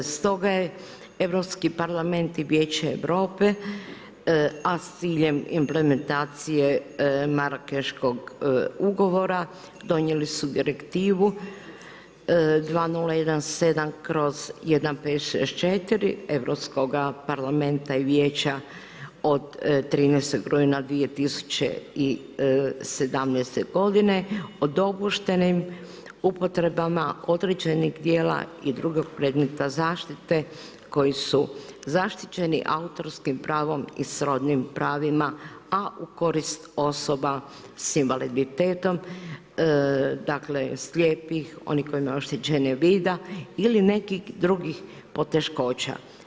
Stoga je Europski parlament i Vijeće Europe, a s ciljem implementacije marketinškog ugovora donijeli su direktivu 2017/1564 Europskoga parlamenta i Vijeća od 13. rujna 2017. g. o dopuštenim upotrebama određenog dijela i drugog predmeta zaštite koji su zaštiti autorskim pravom i srodnim pravima, a u korist osoba s invaliditetom, dakle slijepih, one koji imaju oštećenje vida ili nekih drugih poteškoća.